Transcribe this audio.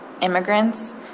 immigrants